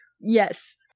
Yes